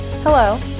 Hello